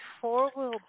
Four-wheel